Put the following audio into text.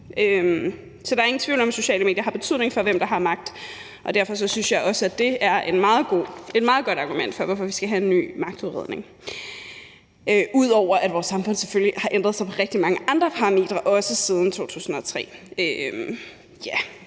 Så der er ingen tvivl om, at sociale medier har betydning for, hvem der har magt. Og derfor synes jeg også, at det er et meget godt argument for, hvorfor vi skal have en ny magtudredning, ud over at vores samfund selvfølgelig har ændret sig på rigtig mange andre parametre også siden 2003.